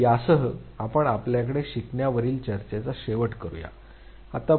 तर यासह आपण आपल्याकडे शिकण्यावरील चर्चेचा शेवट करतो